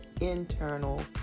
internal